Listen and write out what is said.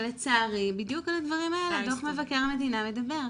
שלצערי בדיוק על הדברים האלה דו"ח מבקר המדינה מדבר,